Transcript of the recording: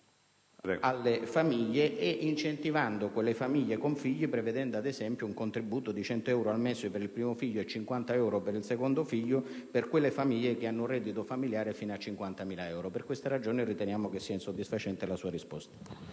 alle famiglie ed incentivando le famiglie con figli (prevedendo, ad esempio, un contributo di 100 euro al mese per il primo figlio e di 50 per il secondo figlio per quelle famiglie che hanno un reddito familiare fino a 50.000 euro). Per queste ragioni riteniamo insoddisfacente la sua risposta.